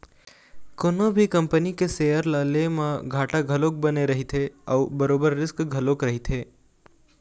कोनो भी कंपनी के सेयर ल ले म घाटा घलोक बने रहिथे अउ बरोबर रिस्क घलोक रहिथे